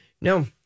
No